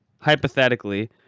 hypothetically